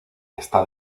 está